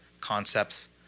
concepts